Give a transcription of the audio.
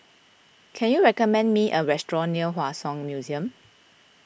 can you recommend me a restaurant near Hua Song Museum